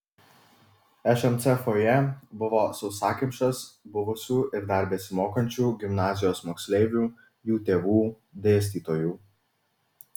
šmc fojė buvo sausakimšas buvusių ir dar besimokančių gimnazijos moksleivių jų tėvų dėstytojų